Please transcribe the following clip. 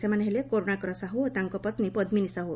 ସେମାନେ ହେଲେ କର୍ଗ୍ଣାକର ସାହୁ ଓ ତାଙ୍କ ପତ୍ନୀ ପଦ୍ନିନୀ ସାହୁ